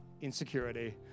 insecurity